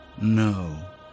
No